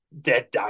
dead